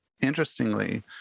interestingly